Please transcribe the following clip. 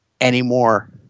anymore